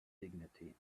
dignity